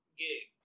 gig